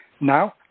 Now